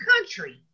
country